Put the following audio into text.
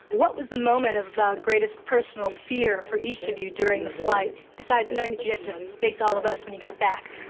what was the moment of greatest personal fear for each of you during the flight, besides knowing that you'd have to face all of us when you get back?